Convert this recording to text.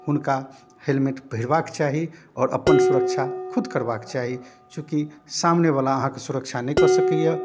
हुनका हेलमेट पहिरबाके चाही आओर अपन सुरक्षा खुद करबाके चाही चूँकि सामनेवला अहाँके सुरक्षा नहि कऽ सकैए